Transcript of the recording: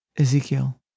Ezekiel